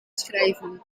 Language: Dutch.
schrijven